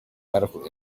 medical